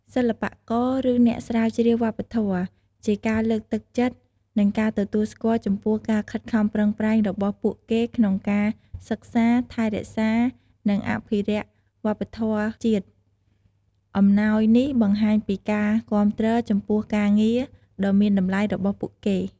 សិល្បករ ឬអ្នកស្រាវជ្រាវវប្បធម៌ ជាការលើកទឹកចិត្ត និងការទទួលស្គាល់ចំពោះការខិតខំប្រឹងប្រែងរបស់ពួកគេក្នុងការសិក្សា ថែរក្សា និងអភិរក្សវប្បធម៌ជាតិ អំណោយនេះបង្ហាញពីការគាំទ្រចំពោះការងារដ៏មានតម្លៃរបស់ពួកគេ។។